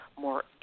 more